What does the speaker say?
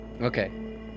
Okay